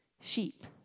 sheep